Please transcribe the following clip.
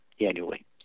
annually